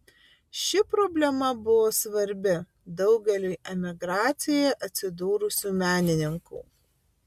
ši problema buvo svarbi daugeliui emigracijoje atsidūrusių menininkų